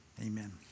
amen